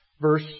Verse